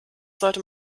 sollte